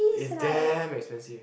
it's damn expensive